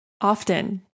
Often